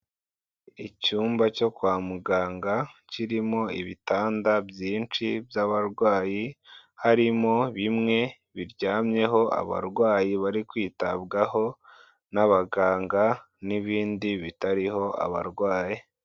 Icyumba cyo kwa muganga, kirimo ibitanda byinshi by'abarwayi, harimo bimwe biryamyeho abarwayi bari kwitabwaho n'abaganga, n'ibindi bitariho abarwayi.